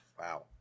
Wow